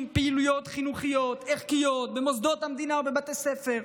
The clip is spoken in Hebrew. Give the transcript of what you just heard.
פעילויות חינוכיות וערכיות במוסדות המדינה ובבתי ספר,